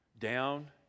down